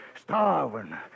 starving